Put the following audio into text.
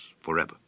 forever